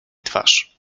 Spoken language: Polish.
twarz